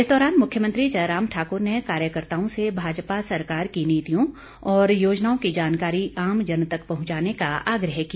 इस दौरान मुख्यमंत्री जयराम ठाक्र ने कार्यकर्ताओं से भाजपा सरकार की नीतियों और योजनाओं की जानकारी आमजन तक पहुंचाने का आग्रह किया